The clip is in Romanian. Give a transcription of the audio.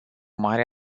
mare